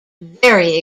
very